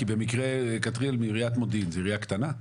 כי במקרה כתריאל מעיריית מודיעין, זו עירייה קטנה?